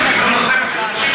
נותן כלום.